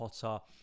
Potter